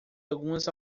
algumas